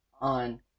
on